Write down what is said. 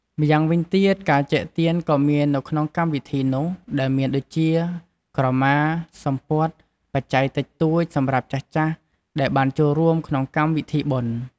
ម្យ៉ាងវិញទៀតការចែកទានក៏មានក្នុងកម្មវិធីនោះដែលមានដូចជា ក្រមា សំពត់ បច្ច័យតិចតួចសម្រាប់ចាស់ៗដែលបានចូលរួមក្នុងកម្មវិធីបុណ្យ។